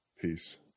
Peace